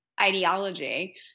ideology